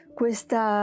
questa